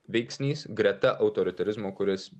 veiksnys greta autoritarizmo kuris